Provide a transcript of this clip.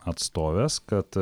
atstovės kad